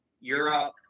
Europe